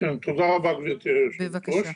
תודה רבה, גברתי היושבת-ראש.